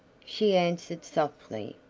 she answered softly,